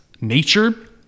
Nature